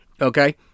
Okay